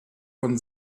von